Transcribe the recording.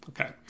Okay